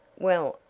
well,